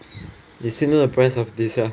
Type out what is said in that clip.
you still know the price of this ah